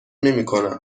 نمیکنم